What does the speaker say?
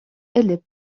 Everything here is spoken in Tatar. элеп